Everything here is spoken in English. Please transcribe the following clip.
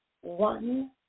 one